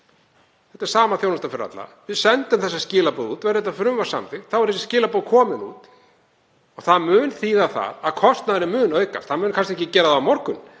Þetta er sama þjónustan fyrir alla. Við sendum þessi skilaboð út. Verði frumvarpið samþykkt þá eru þessi skilaboð komin út. Það mun þýða að kostnaðurinn mun aukast. Það mun kannski ekki gerast á morgun